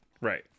Right